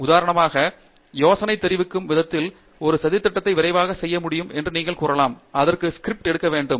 உதாரணமாக யோசனை தெரிவிக்கும் விதத்தில் ஒரு சதித்திட்டத்தை விரைவாக செய்ய வேண்டும் என்று நீங்கள் கூறலாம் அதற்கான ஸ்கிரிப்ட் எடுக்க வேண்டும்